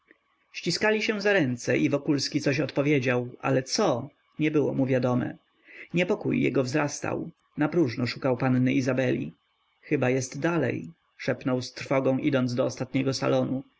ściskali się za ręce i wokulski coś odpowiedział ale co nie było mu wiadome niepokój jego wzrastał napróżno szukał panny izabeli chyba jest dalej szepnął z trwogą idąc do ostatniego salonu